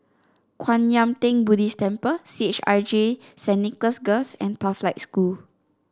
Kwan Yam Theng Buddhist Temple C H I J Saint Nicholas Girls and Pathlight School